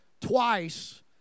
twice